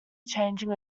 changing